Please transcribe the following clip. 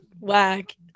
whack